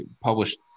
published